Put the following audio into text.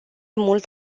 mult